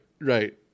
right